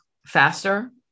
faster